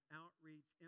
outreach